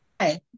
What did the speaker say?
Hi